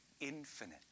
infinite